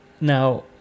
Now